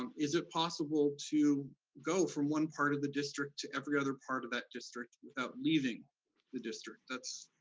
um is it possible to go from one part of the district to every other part of that district without leaving the district? that's